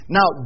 Now